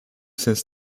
since